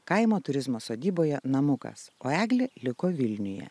kaimo turizmo sodyboje namukas o eglė liko vilniuje